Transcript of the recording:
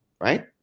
right